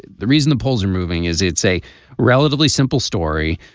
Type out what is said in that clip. the reason the polls are moving is it's a relatively simple story.